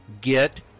get